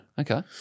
Okay